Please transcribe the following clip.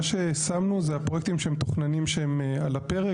מה ששמנו זה הפרויקטים שמתוכננים שהם על הפרק